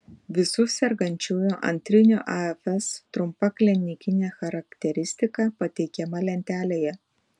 visų sergančiųjų antriniu afs trumpa klinikinė charakteristika pateikiama lentelėje